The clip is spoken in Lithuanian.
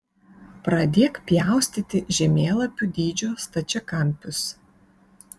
pradėk pjaustyti žemėlapių dydžio stačiakampius